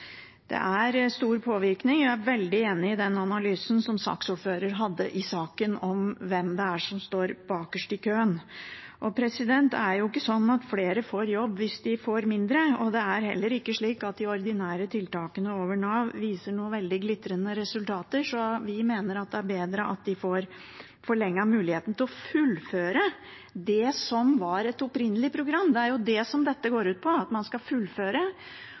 Det er stor påvirkning, og jeg er veldig enig i den analysen saksordføreren hadde i saken, om hvem det er som står bakerst i køen. Det er ikke sånn at flere får jobb hvis de får mindre, og det er heller ikke slik at de ordinære tiltakene over Nav viser noen veldig glitrende resultater, så vi mener det er bedre at de får forlenget muligheten til å fullføre det som var et opprinnelig program. Det er det dette går ut på, at man skal fullføre